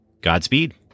Godspeed